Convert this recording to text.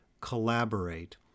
collaborate